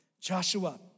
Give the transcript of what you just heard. Joshua